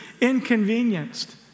inconvenienced